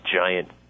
giant